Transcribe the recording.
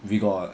we got